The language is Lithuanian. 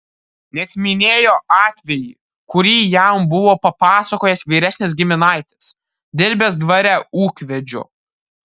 net minėjo atvejį kurį jam buvo papasakojęs vyresnis giminaitis dirbęs dvare ūkvedžiu